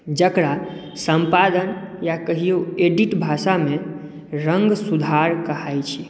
जकरा सम्पादन या कहियौ एडिट भाषामे रङ्ग सुधार कहाइत छै